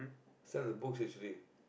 some of the books history